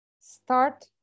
start